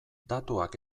datuak